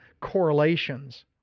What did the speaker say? correlations